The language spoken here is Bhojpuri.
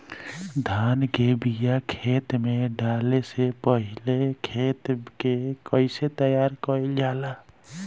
धान के बिया खेत में डाले से पहले खेत के कइसे तैयार कइल जाला?